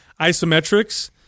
Isometrics